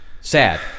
Sad